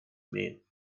mean